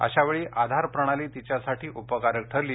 अशावेळी आधार प्रणाली तिच्यासाठी उपकारक ठरली